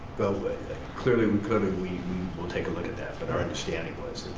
but clearly we kind of we will take a look at that, but our understanding was